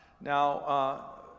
Now